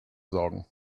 sorgen